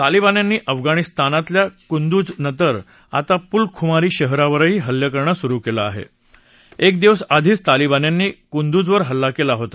तालिबान्यांनी अफगाणिस्तानातल्या कुंदुज नंतर आता पुलखुमरी शहरावरही हल्लाकुरणं सुरु कल्ल आहारएक दिवस आधीच तालिबान्यांनी कुंदुजवर हल्ला कला होता